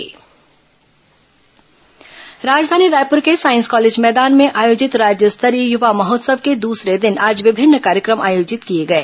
युवा महोत्सव राजधानी रायपुर के साईंस कॉलेज मैदान में आयोजित राज्य स्तरीय युवा महोत्सव के दूसरे दिन आज विभिन्न कार्यक्रम आयोजित किए गए